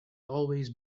always